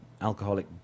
alcoholic